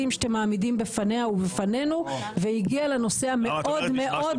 שאתם מעמידים בפניה ובפנינו והגיעה לנושא המאוד מאוד מאוד חשוב הזה.